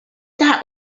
that